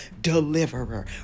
deliverer